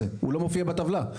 הוא לא מופיע בטבלה,